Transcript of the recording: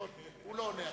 הוא לא עונה תשובות.